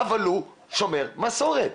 אבל הוא שומר מסורת.